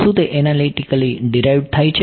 શું તે analytically derived થાય છે